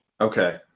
okay